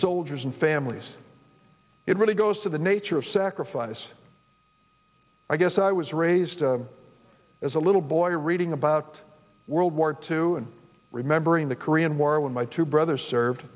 soldiers and families it really goes to the nature of sacrifice i guess i was raised as a little boy reading about world war two do remembering the korean war when my two brothers served